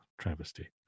Travesty